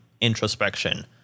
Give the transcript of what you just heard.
introspection